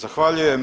Zahvaljujem.